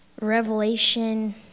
Revelation